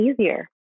easier